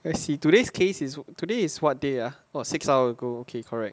I see today's case is today is what day ah !wah! six hour ago okay correct